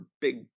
big